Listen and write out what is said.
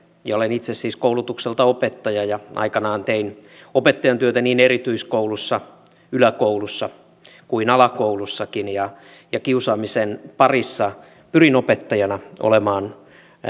ja olen itse siis koulutukseltani opettaja ja aikanaan tein opettajantyötä niin erityiskoulussa yläkoulussa kuin alakoulussakin ja ja kiusaamisen suhteen pyrin opettajana olemaan